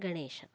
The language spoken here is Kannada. ಗಣೇಶ